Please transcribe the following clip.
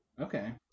Okay